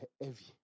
heavy